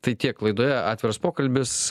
tai tiek laidoje atviras pokalbis